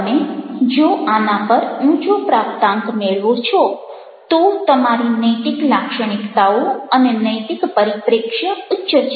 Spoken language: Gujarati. તમે જો આના પર ઊંચો પ્રાપ્તાંક મેળવો છો તો તમારી નૈતિક લાક્ષણિકતાઓ અને નૈતિક પરિપ્રેક્ષ્ય ઉચ્ચ છે